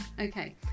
okay